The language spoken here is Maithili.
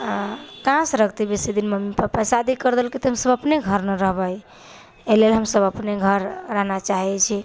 आ कहाँसँ रखतै बेसी दिन मम्मी पप्पा शादी कर देलकै तऽ सभ अपने घर ना रहबै एहिलेल हमसभ अपने घर रहनाइ चाहै छी